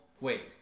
Wait